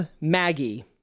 Maggie